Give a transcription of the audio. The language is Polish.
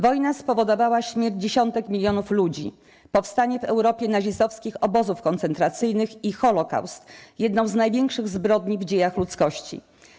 Wojna spowodowała śmierć dziesiątek milionów ludzi, powstanie w Europie nazistowskich obozów koncentracyjnych i Holocaust - jedną z największych zbrodni w dziejach ludzkości.